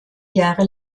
jahre